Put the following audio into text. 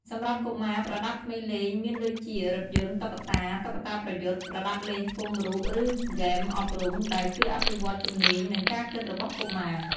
សម្រាប់កុមារប្រដាប់ក្មេងលេងមានដូចជា រថយន្ត តុក្កតា តុក្កតាប្រយុទ្ធ ប្រដាប់លេងផ្គុំរូប ឬហ្គេមអប់រំ ដែលជួយអភិវឌ្ឍជំនាញ និងការគិតរបស់កុមារ។